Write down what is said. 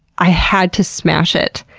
i had to smash it.